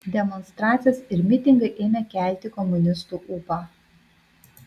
demonstracijos ir mitingai ėmė kelti komunistų ūpą